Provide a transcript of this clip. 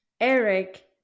Eric